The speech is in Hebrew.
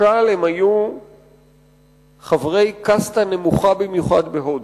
משל הם היו חברי קאסטה נמוכה במיוחד כמו בהודו.